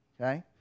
okay